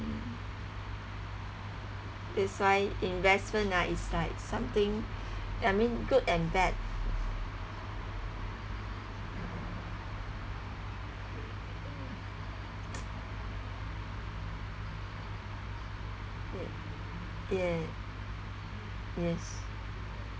that's why investment ah is like something I mean good and bad yeah yes